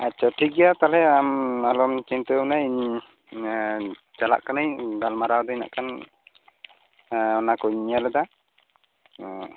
ᱟᱪᱪᱷᱟ ᱴᱷᱤᱠ ᱜᱮᱟ ᱛᱟᱦᱚᱞᱮ ᱟᱢ ᱟᱞᱚᱢ ᱪᱤᱱᱛᱟᱹ ᱵᱷᱟᱵᱽᱱᱟᱭᱟ ᱤᱧ ᱪᱟᱞᱟᱜ ᱠᱟᱹᱱᱟᱹᱧ ᱜᱟᱞᱢᱟᱨᱟᱣ ᱫᱟᱹᱧ ᱱᱟᱜ ᱠᱷᱟᱱ ᱚᱱᱟ ᱠᱩᱧ ᱧᱮᱞᱮᱫᱟ